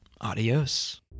adios